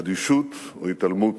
אדישות או התעלמות,